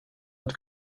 inte